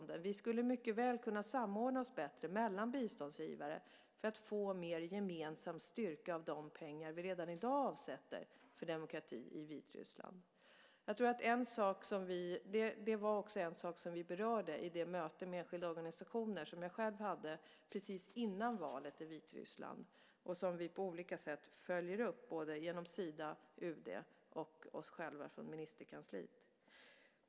Vi biståndsgivare skulle mycket väl kunna samordna oss bättre för att få mer av gemensam styrka av de pengar vi redan i dag avsätter för demokrati i Vitryssland. Det var också en sak som vi berörde i det möte med enskilda organisationer som jag själv hade precis före valet i Vitryssland och som vi på olika sätt följer upp genom Sida, UD och oss själva från ministerkansliet.